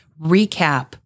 recap